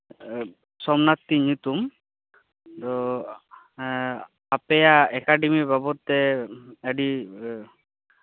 ᱤᱧᱟᱹᱜ ᱫᱚ ᱥᱳᱢᱱᱟᱛᱷ ᱛᱤᱧ ᱧᱩᱛᱩᱢ ᱟᱫᱚ ᱦᱮ ᱟᱯᱮᱭᱟᱜ ᱮᱠᱟᱰᱮᱢᱤᱠ ᱵᱟᱵᱚᱫ ᱛᱮ ᱟᱹᱰᱤ